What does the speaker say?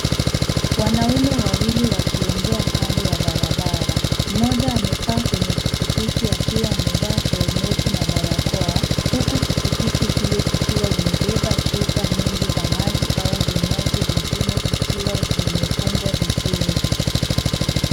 Wanaume wawili wakiongea kando ya barabara. Mmoja amekaa kwenye pikipiki akiwa amevaa helmeti na barakoa, huku pikipiki hiyo ikiwa imebeba chupa nyingi za maji au vinywaji vingine vikiwa zimefungwa vizuri.